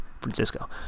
Francisco